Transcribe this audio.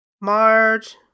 March